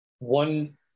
one